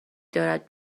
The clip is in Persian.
دارد